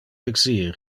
exir